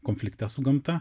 konflikte su gamta